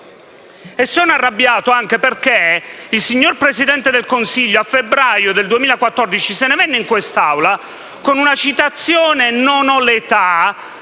Sono arrabbiato anche perché il signor Presidente del Consiglio, a febbraio del 2014, se ne venne in quest'Aula con una citazione della